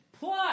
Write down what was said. Plus